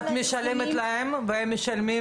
את משלמת להם והם משלמים?